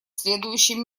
следующем